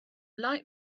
light